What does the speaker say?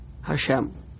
Hashem